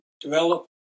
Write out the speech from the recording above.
develop